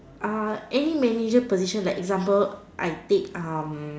any manager position like example I take